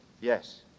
Yes